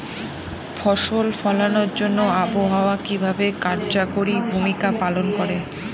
ফসল ফলানোর জন্য আবহাওয়া কিভাবে কার্যকরী ভূমিকা পালন করে?